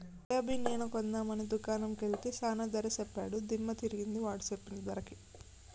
soybean నూనె కొందాం అని దుకాణం కెల్తే చానా ధర సెప్పాడు దిమ్మ దిరిగింది వాడు సెప్పిన ధరకి